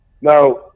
Now